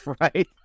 Right